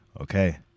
okay